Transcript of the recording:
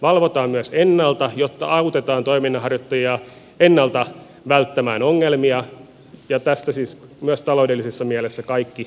valvotaan myös ennalta jotta autetaan toiminnanharjoittajia ennalta välttämään ongelmia tästä siis myös taloudellisessa mielessä kaikki hyötyvät